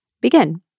begin